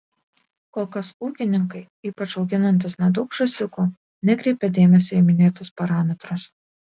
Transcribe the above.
kol kas ūkininkai ypač auginantys nedaug žąsiukų nekreipia dėmesio į minėtus parametrus